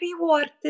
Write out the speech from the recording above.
rewarded